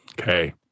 Okay